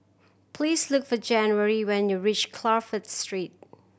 please look for January when you reach Crawford Street